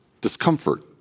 Discomfort